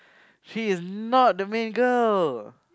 she is not the main girl